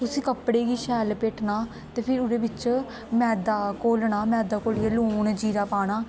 उस्सी कपड़े गी शैल लपेटना ते फिर ओह्दे बिच्च मैदा घोलना मेदा घोल्लियै लून जीरा पाना